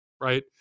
right